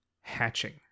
hatching